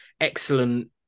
excellent